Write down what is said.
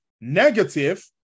negative